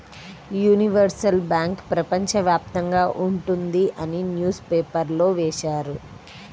universal bank ప్రపంచ వ్యాప్తంగా ఉంటుంది అని న్యూస్ పేపర్లో వేశారు